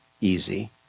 easy